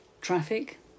traffic